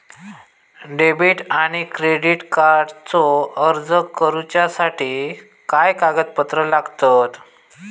Debit आणि credit कार्डचो अर्ज करुच्यासाठी काय कागदपत्र लागतत?